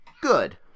good